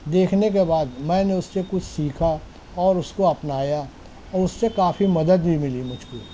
دیکھنے کے بعد میں نے اس سے کچھ سیکھا اور اس کو اپنایا اور اس سے کافی مدد بھی ملی مجھ کو